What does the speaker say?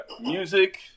Music